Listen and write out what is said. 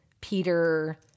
peter